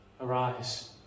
arise